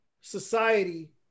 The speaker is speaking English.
society